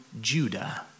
Judah